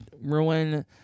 ruin